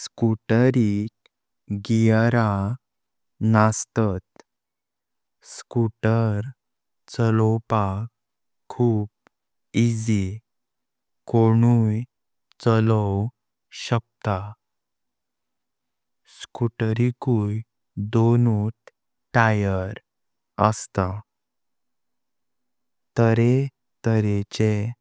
स्कूटरिक गिअर नस्तां। स्कूटर चालोवपाक खूप इसी, कुनांय चालोव शकता। स्कूटराक दोनात टायर अस्तात। तरें तरेचें